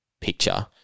picture